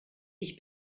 ich